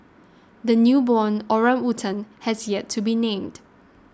the newborn orangutan has yet to be named